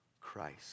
Christ